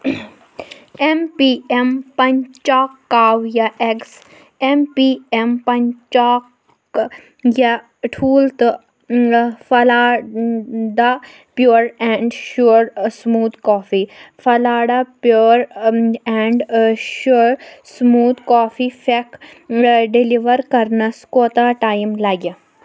M P M پنٛچکاویا ایگٕس M P M پنٛچکاویا ٹھوٗل تہٕ پھلاڈا پیٛور اینٛڈ شور سموٗد کافی پھلاڈا پیٛور اینٛڈ شور سموٗد کافی پھٮ۪کھ ڈیلیور کرنَس کوٗتاہ ٹایم لَگہِ